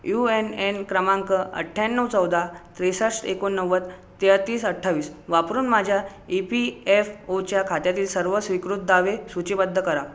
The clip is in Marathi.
यू एन एन क्रमांक अठठयाण्णव चौदा त्रेसष्ठ एकोणनव्वद तेहतीस अठ्ठावीस वापरून माझ्या ई पी एफ ओच्या खात्यातील सर्व स्वीकृत दावे सूचीबद्ध करा